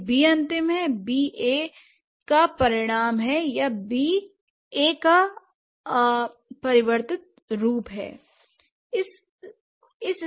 यदि B अंतिम है B A का परिणाम है या B A का परिवर्तित रूप है